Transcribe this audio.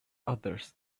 others